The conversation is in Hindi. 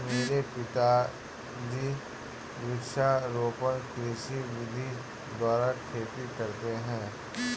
मेरे पिताजी वृक्षारोपण कृषि विधि द्वारा खेती करते हैं